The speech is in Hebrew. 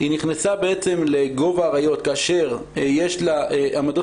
היא נכנסה לגוב האריות כאשר יש לה עמדות